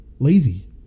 Lazy